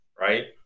right